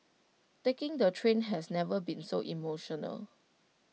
taking the train has never been so emotional